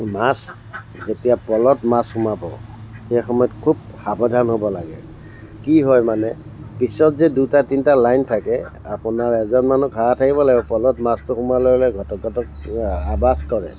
মাছ যেতিয়া প'ল'ত মাছ সোমাব সেই সময়ত খুব সাৱধান হ'ব লাগে কি হয় মানে পিছত যে দুটা তিনিটা লাইন থাকে আপোনাৰ এজন মানুহ খাৰা থাকিব লাগিব প'ল'ত মাছটো সোমোৱাৰ লগে লগে ঘটক ঘটক আৱাজ কৰে